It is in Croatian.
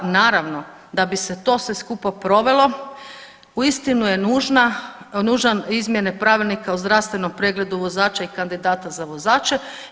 Naravno da bi se to sve skupa provelo uistinu su nužne izmjene Pravilnika o zdravstvenom pregledu vozača i kandidata za vozače.